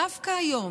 דווקא היום,